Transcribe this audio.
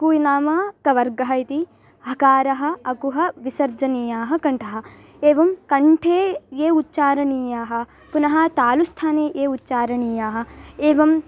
कु नाम कवर्गः इति हकारः अकुह विसर्जनीयानां कण्ठः एवं कण्ठे ये उच्चारणीयाः पुनः तालुस्थाने ये उच्चारणीयाः एवं